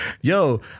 Yo